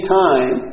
time